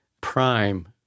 prime